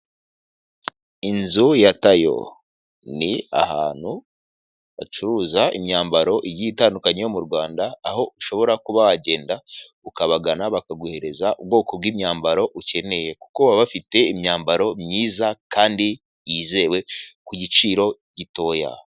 Inzu ya tayo ni ahantu bacuruza imyambaro igiye itandukanye yo mu rwanda aho ushobora kuba wagenda ukabagana bakaguhereza ubwoko bw'imyambaro ukeneye kuko baba bafite imyambaro myiza kandi yizewe ku giciro gitoya.